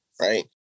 right